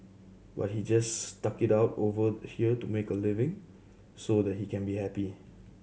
but he just stuck it out over here to make a living so that he can be happy